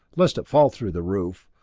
lest it fall through the roof,